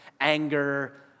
anger